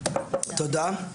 תודה.